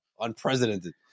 unprecedented